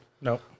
No